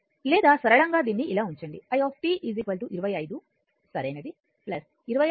లేదా సరళంగా దీన్ని ఇలా ఉంచండి i 25 సరైనది 25 e 0